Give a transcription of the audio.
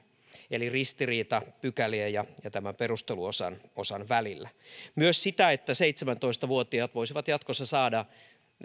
eli ristiriita pykälien ja ja tämän perusteluosan välillä myös se että seitsemäntoista vuotiaat voisivat jatkossa saada